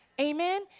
Amen